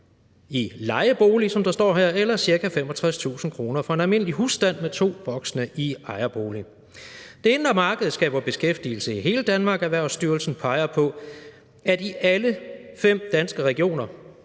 i lejebolig, som der står her, eller cirka 65.000 kr. for en almindelig husstand med to voksne i ejerbolig. Det indre marked skaber beskæftigelse i hele Danmark, og Erhvervsstyrelsen peger på, at i alle fem danske regioner